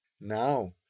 Now